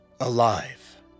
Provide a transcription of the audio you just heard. alive